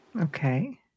okay